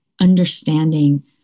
understanding